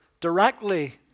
directly